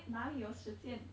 哪里有时间